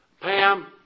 Pam